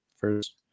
first